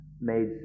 made